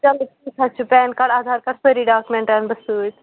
چلو ٹھیٖک حظ چھُ پین کارڈ آدھار کارڈ سٲری ڈاکیٛومٮ۪نٹ اَنہٕ بہٕ سۭتۍ